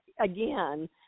again